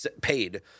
paid